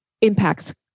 impacts